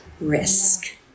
Risk